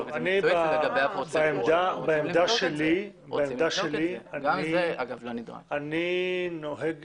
בעמדה שלי, אני נוטה